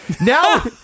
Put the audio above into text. Now-